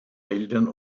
wäldern